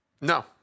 No